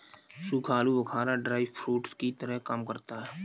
सूखा आलू बुखारा ड्राई फ्रूट्स की तरह काम करता है